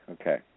okay